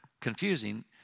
confusing